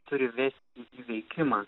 turi vesti į veikimą